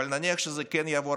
אבל נניח שזה כן יעבור,